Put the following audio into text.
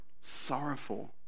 sorrowful